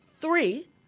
Three